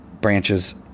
branches